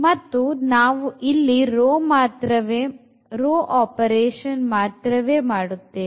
ಮತ್ತು ನಾವು ಇಲ್ಲಿ ರೋ ಮಾತ್ರವೇ ಮಾಡುತ್ತೇವೆ